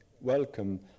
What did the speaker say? welcome